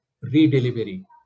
re-delivery